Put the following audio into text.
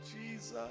Jesus